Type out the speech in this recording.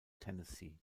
tennessee